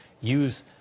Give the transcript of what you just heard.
use